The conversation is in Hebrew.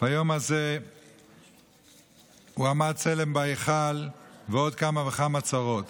ביום הזה הועמד צלם בהיכל ועוד כמה וכמה צרות.